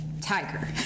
tiger